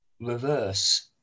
reverse